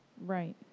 Right